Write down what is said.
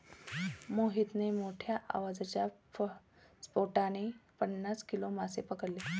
मोहितने मोठ्ठ्या आवाजाच्या स्फोटाने पन्नास किलो मासे पकडले